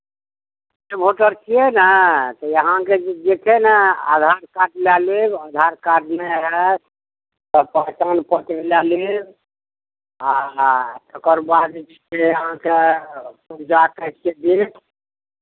तऽ भोटर छियै ने तऽ अहाँके जे छै ने आधार कार्ड लए लेब आधार कार्ड नहि हैत तऽ पहचान पत्र लए लेब आ तकर बाद जे छै अहाँकेँ पुरजा काटि कऽ देत